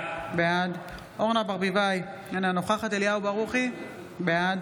בעד אורנה ברביבאי, אינה נוכחת אליהו ברוכי, בעד